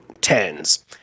tens